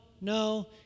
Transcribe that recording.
no